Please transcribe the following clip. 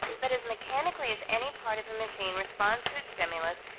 but as mechanically as any part of a machine responds to its stimulus,